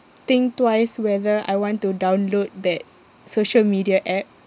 think twice whether I want to download that social media app